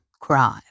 Crime